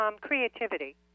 creativity